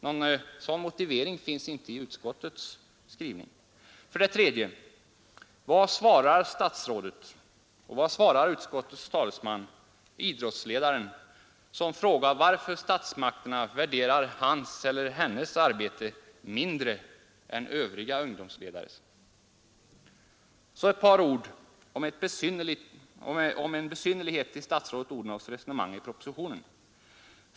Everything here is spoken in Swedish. Någon sådan motivering finns inte i utskottets skrivning. För det tredje: Vad svarar statsrådet och vad svarar utskottets talesman idrottsledaren som frågar varför statsmakterna värderar hans eller hennes arbete mindre än övriga ungdomsledares? Så några ord om en besynnerlighet i statsrådet Odhnoffs resonemang i propositionen.